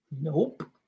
Nope